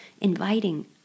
inviting